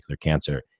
cancer